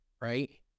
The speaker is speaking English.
right